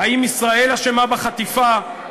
האם ישראל אשמה בחטיפה?